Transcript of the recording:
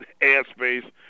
airspace